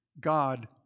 God